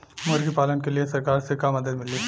मुर्गी पालन के लीए सरकार से का मदद मिली?